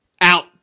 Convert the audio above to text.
out